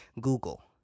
Google